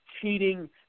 cheating